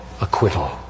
acquittal